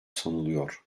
sanılıyor